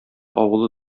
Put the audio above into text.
авылы